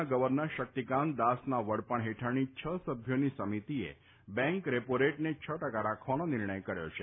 ના ગવર્નર શક્તિકાંત દાસના વડપણ હેઠળની છ સભ્યોની સમિતિએ બેંક રેટને છ ટકા રાખવાનો નિર્ણય કર્યો છે